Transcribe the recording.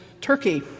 Turkey